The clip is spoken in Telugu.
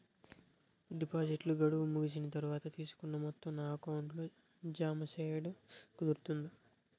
డిపాజిట్లు గడువు ముగిసిన తర్వాత, తీసుకున్న మొత్తం నా అకౌంట్ లో జామ సేయడం కుదురుతుందా?